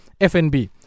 fnb